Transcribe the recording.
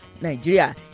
Nigeria